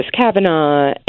Kavanaugh